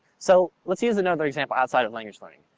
so let's use another example outside of language learning.